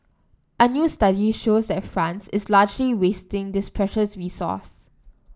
a new study shows that France is largely wasting this precious resource